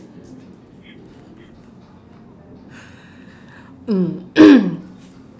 mm